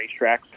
racetracks